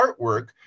artwork